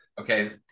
Okay